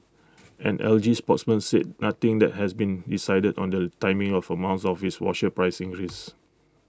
an L G spokesman said nothing that has been decided on the timing of amounts of its washer price increase